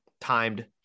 timed